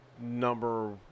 number